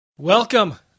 Welcome